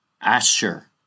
Asher